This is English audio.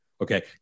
Okay